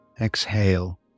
Exhale